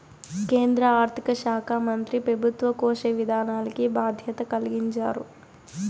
కేంద్ర ఆర్థిక శాకా మంత్రి పెబుత్వ కోశ విధానాల్కి బాధ్యత కలిగించారు